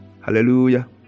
hallelujah